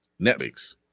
Netflix